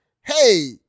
hey